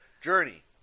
Journey